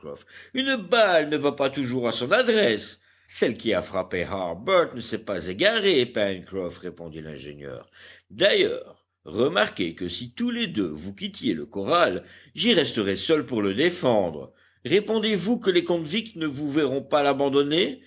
une balle ne va pas toujours à son adresse celle qui a frappé harbert ne s'est pas égarée pencroff répondit l'ingénieur d'ailleurs remarquez que si tous les deux vous quittiez le corral j'y resterais seul pour le défendre répondez-vous que les convicts ne vous verront pas l'abandonner